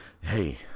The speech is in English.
Hey